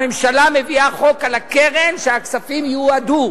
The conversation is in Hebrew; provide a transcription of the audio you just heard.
הממשלה מביאה חוק על הקרן, שהכספים ייועדו